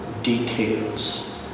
details